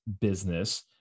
business